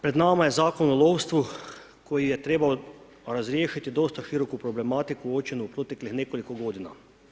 Pred nama je Zakon o lovstvu koji je trebao razriješiti dosta široku problematiku uočenu proteklih nekoliko godina.